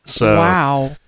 Wow